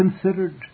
considered